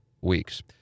weeks